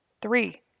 Three